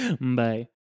bye